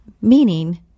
Meaning